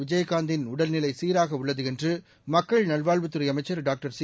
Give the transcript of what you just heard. விஜயகாந்தின் உடல்நிலை சீராக உள்ளது என்று மக்கள் நல்வாழ்வுத்துறை அமைச்சர் டாக்டர் சி